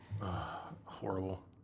Horrible